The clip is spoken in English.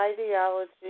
ideology